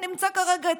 נמצא כרגע אצלו.